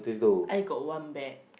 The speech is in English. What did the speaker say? I got one bag